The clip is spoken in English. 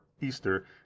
Easter